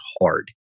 hard